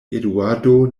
eduardo